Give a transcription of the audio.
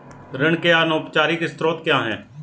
ऋण के अनौपचारिक स्रोत क्या हैं?